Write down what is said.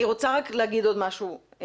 אני רוצה רק להגיד עוד משהו,